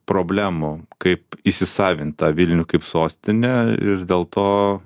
problemų kaip įsisavint tą vilnių kaip sostinę ir dėl to